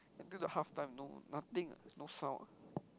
until the halftime no nothing ah no sound ah